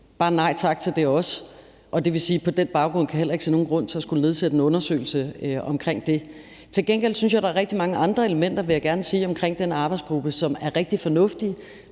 bare et nej tak til det, og det vil også sige, at jeg heller ikke kan se nogen grund til at skulle nedsætte en undersøgelse omkring det. Til gengæld vil jeg gerne sige, at jeg synes, der er rigtig mange andre elementer omkring den arbejdsgruppe, som er rigtig fornuftige,